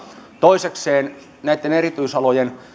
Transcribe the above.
toisekseen näitten erityisalojen